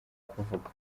kuvuga